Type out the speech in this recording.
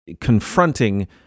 confronting